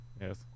yes